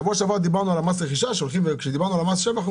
שבוע שעבר דיברנו על מס רכישה כשדיברנו על מס שבח.